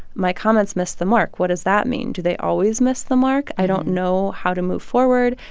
my comments missed the mark. what does that mean? do they always miss the mark? i don't know how to move forward.